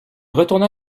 retourna